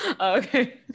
okay